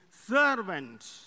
servant